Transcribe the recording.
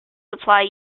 supply